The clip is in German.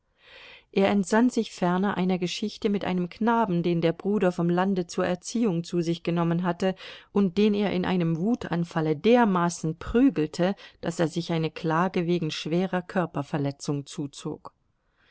er entsann sich ferner einer geschichte mit einem knaben den der bruder vom lande zur erziehung zu sich genommen hatte und den er in einem wutanfalle dermaßen prügelte daß er sich eine klage wegen schwerer körperverletzung zuzog